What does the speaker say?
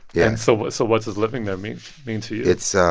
yeah and so what so what does living there mean mean to you? it's